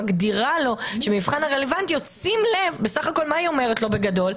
מגדירה לו שמבחן הרלוונטיות בסך הכול מה היא אומרת לו בגדול?